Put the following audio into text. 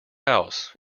house